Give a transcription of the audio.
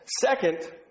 Second